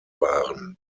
waren